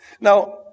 Now